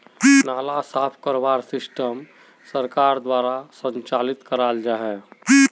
नाला साफ करवार सिस्टम सरकार द्वारा संचालित कराल जहा?